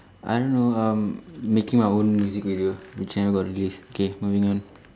I don't know um making my own music video the channel got released K moving on